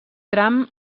tram